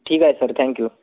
ठीक आहे sir thank you